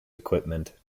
equipment